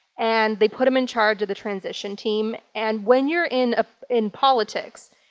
and they put him in charge of the transition team. and when you're in ah in politics,